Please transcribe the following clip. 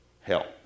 Help